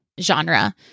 genre